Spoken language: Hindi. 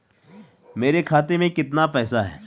मेरे खाते में कितना पैसा है?